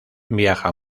viaja